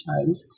child